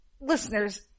listeners